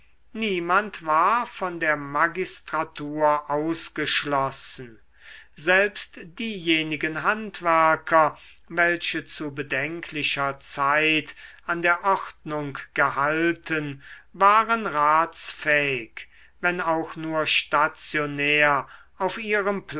niemand war von der magistratur ausgeschlossen selbst diejenigen handwerker welche zu bedenklicher zeit an der ordnung gehalten waren ratsfähig wenn auch nur stationär auf ihrem